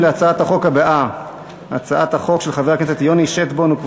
בעד הצעת החוק הצביעו 36, נגד,